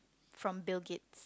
from Bill-Gates